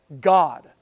God